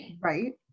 right